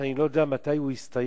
שאני לא יודע מתי הוא יסתיים,